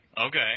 okay